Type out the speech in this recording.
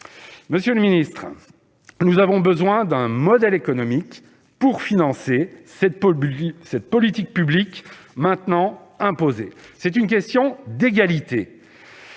Monsieur le secrétaire d'État, nous avons besoin d'un modèle économique pour financer cette politique publique maintenant imposée. C'est une question d'égalité